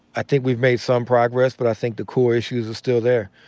i think we've made some progress, but i think the core issues are still there.